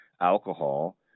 alcohol